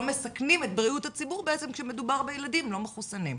מסכנים את בריאות הציבור כשמדובר בילדים לא מחוסנים.